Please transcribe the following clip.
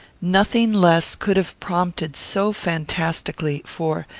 nothing less could have prompted so fantastically for,